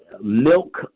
milk